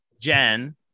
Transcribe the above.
Jen